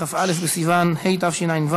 כ"א בסיוון התשע"ו,